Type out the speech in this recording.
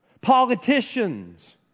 Politicians